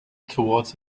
toward